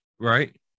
Right